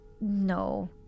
no